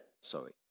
sorry